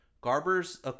garber's